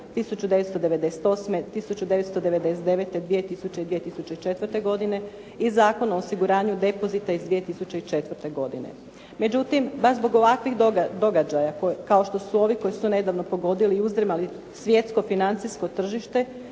1998., 1999., 2000. i 2004. godine i Zakon o osiguranju depozita iz 2004. godine. Međutim, baš zbog ovakvih događaja kao što su ovi koji su nedavno pogodili i uzdrmali svjetsko financijsko tržište